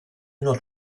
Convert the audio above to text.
not